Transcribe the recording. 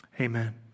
Amen